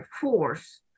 force